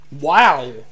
Wow